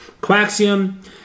quaxium